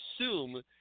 assume